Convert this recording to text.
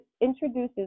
introduces